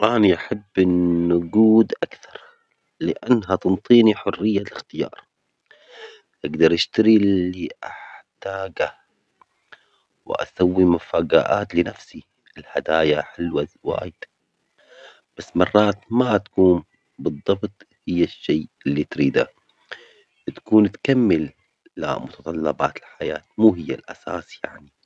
هل تفضل الحصول على النقود أم الهدايا في عيد ميلادك؟ ولماذا؟